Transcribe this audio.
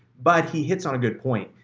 but he hits on a good point.